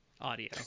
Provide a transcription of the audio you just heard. audio